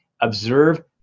Observe